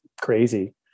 crazy